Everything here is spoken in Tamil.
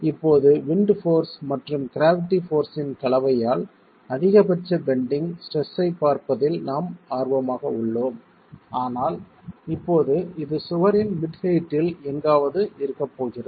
இப்போது விண்ட் போர்ஸ் மற்றும் க்ராவிட்டி போர்ஸ்யின் கலவையால் அதிகபட்ச பெண்டிங் ஸ்ட்ரெஸ் ஐப் பார்ப்பதில் நாம் ஆர்வமாக உள்ளோம் ஆனால் இப்போது இது சுவரின் மிட் ஹெயிட்டில் எங்காவது இருக்கப் போகிறது